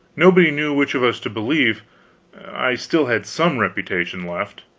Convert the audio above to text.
nobody knew which of us to believe i still had some reputation left.